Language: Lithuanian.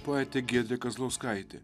poetė giedrė kazlauskaitė